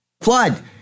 flood